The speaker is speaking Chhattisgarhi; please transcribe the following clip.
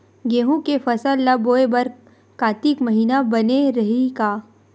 गेहूं के फसल ल बोय बर कातिक महिना बने रहि का?